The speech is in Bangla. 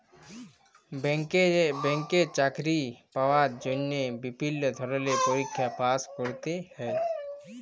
ব্যাংকে চাকরি পাওয়ার জন্হে বিভিল্য ধরলের পরীক্ষায় পাস্ ক্যরতে হ্যয়